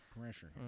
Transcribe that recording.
pressure